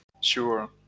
Sure